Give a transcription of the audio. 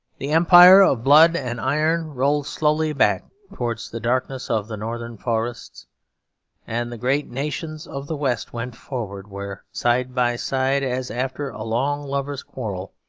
the empire of blood and iron rolled slowly back towards the darkness of the northern forests and the great nations of the west went forward where side by side as after a long lover's quarrel,